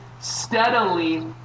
steadily